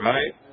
Right